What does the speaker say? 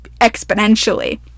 exponentially